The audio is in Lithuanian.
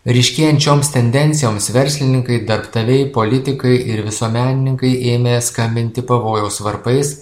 ryškėjant šioms tendencijoms verslininkai darbdaviai politikai ir visuomenininkai ėmė skambinti pavojaus varpais